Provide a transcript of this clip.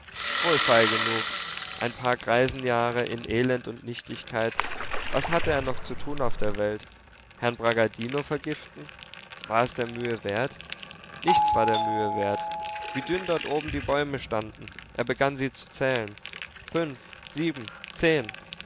wohlfeil genug ein paar greisenjahre in elend und nichtigkeit was hatte er noch zu tun auf der welt herrn bragadino vergiften war es der mühe wert nichts war der mühe wert wie dünn dort oben die bäume standen er begann sie zu zählen fünf sieben zehn